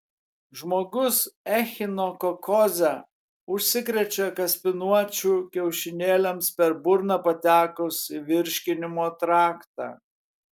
žmogus echinokokoze užsikrečia kaspinuočių kiaušinėliams per burną patekus į virškinimo traktą